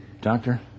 doctor